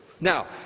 Now